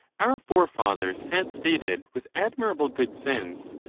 our forefathers had stated, with admirable good sense,